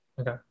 Okay